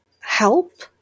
help